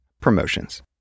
Promotions